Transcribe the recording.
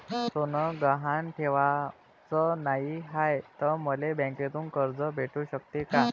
सोनं गहान ठेवाच नाही हाय, त मले बँकेतून कर्ज भेटू शकते का?